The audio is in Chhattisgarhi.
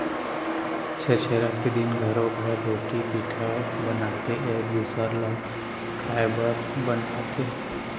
छेरछेरा के दिन घरो घर रोटी पिठा बनाके एक दूसर ल खाए बर बलाथे